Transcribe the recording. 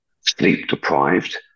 sleep-deprived